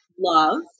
love